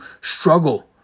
struggle